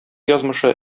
язмышы